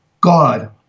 God